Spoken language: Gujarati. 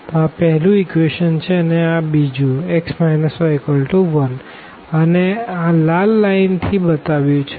તો આ પેહલું ઇક્વેશન છે અને આ બીજું x y1 અને આ લાલ લાઈન થી બતાવ્યું છે